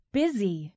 busy